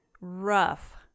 rough